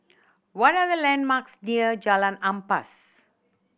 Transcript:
what are the landmarks near Jalan Ampas